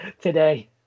today